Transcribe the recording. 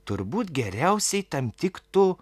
turbūt geriausiai tam tiktų